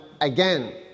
again